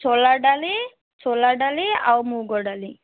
ଛୋଲା ଡାଲି ସୋଲା ଡାଲି ଆଉ ମୁଗ ଡାଲି